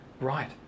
Right